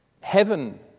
Heaven